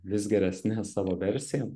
vis geresne savo versija